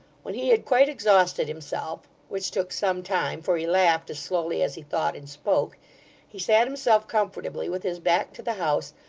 when he had quite exhausted himself which took some time, for he laughed as slowly as he thought and spoke he sat himself comfortably with his back to the house,